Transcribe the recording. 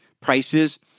prices